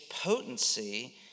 potency